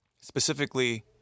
specifically